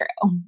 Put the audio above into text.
true